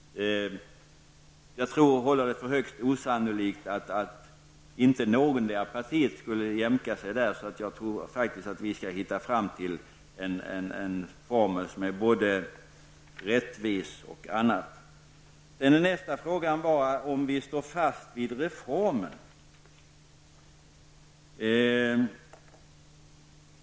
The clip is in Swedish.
Jag håller det för högst osannolikt att inte något av partierna skall kunna jämka sig. Jag tror att vi skall kunna hitta fram till en rättvis formel. Vidare frågade Anita Johansson om vi står fast vid reformen.